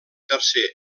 tercer